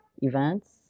events